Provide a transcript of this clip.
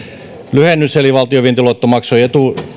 lyhennyksen eli valtion vientiluotto maksuja